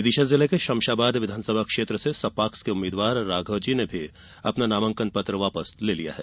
विदिशा जिले की शमशाबाद विधानसभा क्षेत्र से सपाक्स के उम्मीदवार राघवजी ने भी अपना नामांकन पत्र वापस ले लिया है